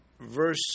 Verse